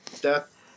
death